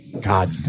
God